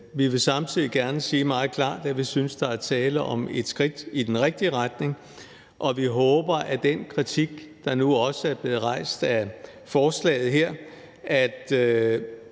vi vil samtidig gerne sige meget klart, at vi synes, der er tale om et skridt i den rigtige retning. Vi håber, at der i den dialog, der skal være med